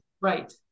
Right